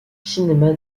cinéma